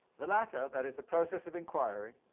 the latter, that is, the process of inquiry,